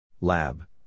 Lab